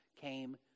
came